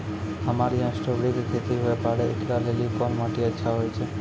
हमरा यहाँ स्ट्राबेरी के खेती हुए पारे, इकरा लेली कोन माटी अच्छा होय छै?